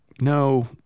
no